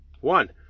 One